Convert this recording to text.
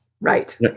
Right